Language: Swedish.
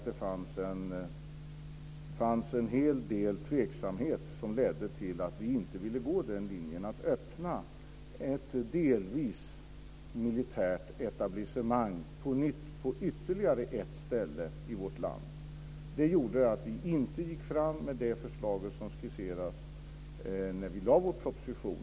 Det fanns också en hel del tveksamhet som ledde till att vi inte ville gå den vägen att öppna ett delvis militärt etablissemang på nytt på ytterligare ett ställe i vårt land. Det gjorde att vi inte gick fram med det förslag som skisserades när vi lade fram vår proposition.